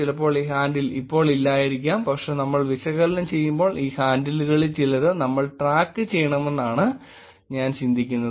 ചിലപ്പോൾ ഈ ഹാൻഡിൽ ഇപ്പോൾ ഇല്ലായിരിക്കാം പക്ഷേ നമ്മൾ വിശകലനം ചെയ്യുമ്പോൾ ഈ ഹാൻഡിലുകളിൽ ചിലത് നമ്മൾ ട്രാക്ക് ചെയ്യണമെന്നാണ് ഞാൻ ചിന്തിക്കുന്നത്